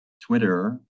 Twitter